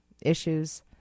issues